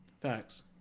facts